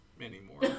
anymore